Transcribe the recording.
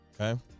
Okay